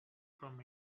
from